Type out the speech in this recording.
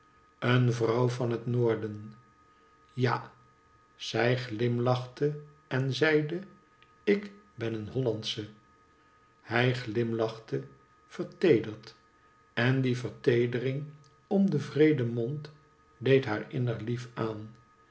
een vrouw van het noorden jazij glimlachte en zeide ik ben een hollandsche hij glimlachte verteederd en die verteedering om den wreeden mond deed haar innig lief aan